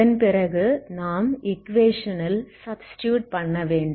அதன்பிறகு நாம் ஈக்குவேஷன் ல் சப்ஸ்டிடுயுட் பண்ணவேண்டும்